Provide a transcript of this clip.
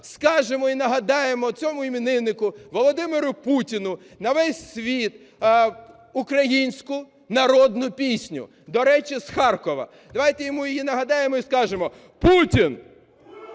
скажемо і нагадаємо цьому імениннику Володимиру Путіну на весь світ українську народну пісню, до речі, з Харкова. Давайте йому її нагадаємо і скажемо: Путін